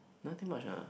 nothing much ah